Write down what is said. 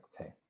okay